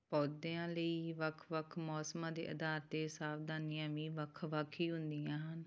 ਪੌਦਿਆਂ ਲਈ ਵੱਖ ਵੱਖ ਮੌਸਮਾਂ ਦੇ ਅਧਾਰ 'ਤੇ ਸਾਵਧਾਨੀਆਂ ਵੀ ਵੱਖ ਵੱਖ ਹੀ ਹੁੰਦੀਆਂ ਹਨ